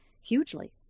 hugely